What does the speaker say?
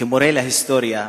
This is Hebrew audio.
כמורה להיסטוריה,